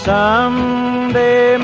Someday